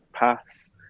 pass